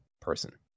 person